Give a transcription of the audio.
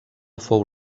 fou